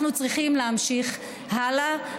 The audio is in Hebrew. אנחנו צריכים להמשיך הלאה,